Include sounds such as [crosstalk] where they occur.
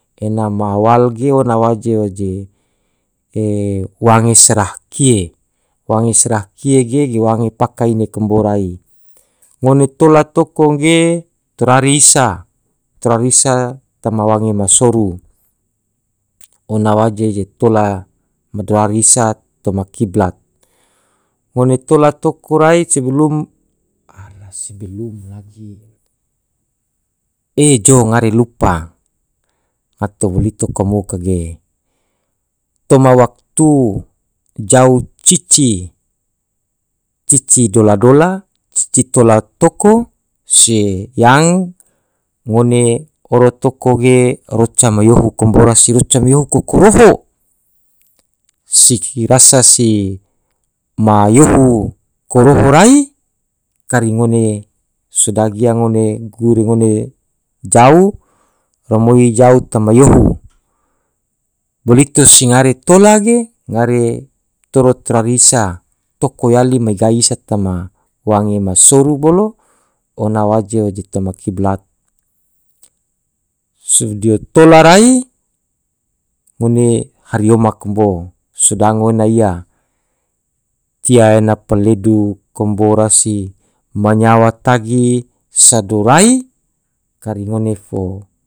enama awal ge ona waje- waje [hesitation] wange serah kie, wange serah kie ge ge wange paka ine kambo rai ngone tola toko enge torari isa torari isa toma wange ma soru ona waje je tola madorari isa toma kiblat ngone tola toko rai [hesitation] [noise] ee jou ngare lupa ngato bolito kamo kage toma waktu jau cici. cici dola dola cici tola toko se yang ngone oro toko ge raca ma yohu kambo roca yohu kokoroho si rasa si ma yohu koroho rai kari ngone sodagi iya ngone gure ngone jau rimoi jau toma yohu bolito se ngare tola ge ngare toro trari isa toko yali magai isa toma wange ma soru bolo ona waje waje toma kiblat sodio tola rai ngone hariyoma kambo sodango ena iya tia ena paledu kambo rasi manyawa tagi sado rai kari ngone fo.